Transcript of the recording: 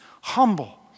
humble